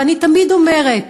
ואני תמיד אומרת: